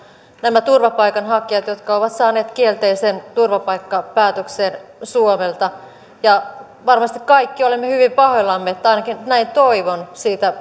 nämä turvapaikanhakijat jotka ovat saaneet kielteisen turvapaikkapäätöksen suomelta varmasti kaikki olemme hyvin pahoillamme tai ainakin näin toivon siitä